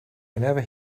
whenever